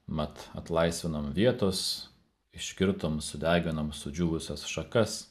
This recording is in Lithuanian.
mat atlaisvinom vietos iškirtom sudeginom sudžiūvusias šakas